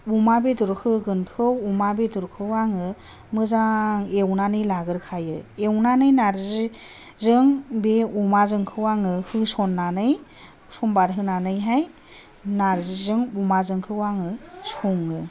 अमा बेदर होगोनखौ अमा बेदरखौ आङो मोजां एवनानै लाग्रोखायो एवनानै नार्जिजों बे अमाजोंखौ आङो होसननानै समबार होनानैहाय नार्जिजों अमाजोंखौ आङो सङो